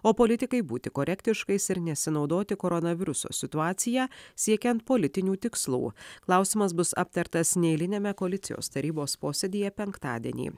o politikai būti korektiškais ir nesinaudoti koronaviruso situacija siekiant politinių tikslų klausimas bus aptartas neeiliniame koalicijos tarybos posėdyje penktadienį